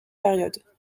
période